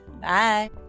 Bye